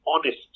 honest